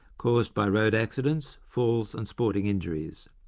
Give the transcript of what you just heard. caused by road accidents, falls, and sporting injuries.